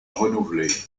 renouvelée